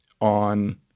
on